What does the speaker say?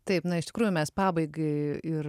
taip na iš tikrųjų mes pabaigai ir